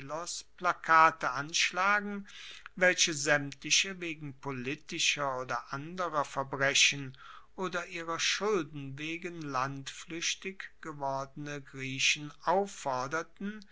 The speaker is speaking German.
plakate anschlagen welche saemtliche wegen politischer oder anderer verbrechen oder ihrer schulden wegen landfluechtig gewordene griechen aufforderten